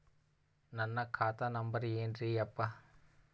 ನನ್ನ ಖಾತಾ ನಂಬರ್ ಏನ್ರೀ ಯಪ್ಪಾ?